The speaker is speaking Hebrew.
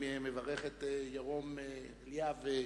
מברך את ירום אריאב,